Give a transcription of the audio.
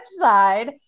side